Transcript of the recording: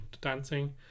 dancing